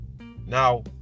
now